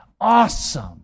Awesome